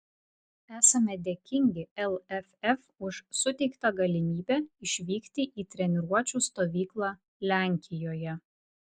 esame dėkingi lff už suteiktą galimybę išvykti į treniruočių stovyklą lenkijoje